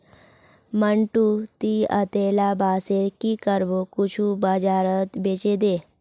मंटू, ती अतेला बांसेर की करबो कुछू बाजारत बेछे दे